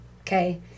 Okay